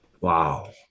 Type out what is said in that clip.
Wow